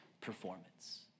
performance